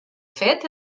fet